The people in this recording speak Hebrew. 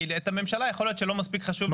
כי את הממשלה יכול להיות שלא מספיק חשוב.